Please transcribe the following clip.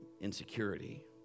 insecurity